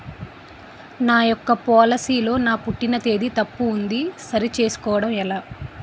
నా యెక్క పోలసీ లో నా పుట్టిన తేదీ తప్పు ఉంది సరి చేసుకోవడం ఎలా?